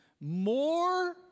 More